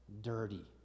dirty